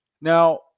Now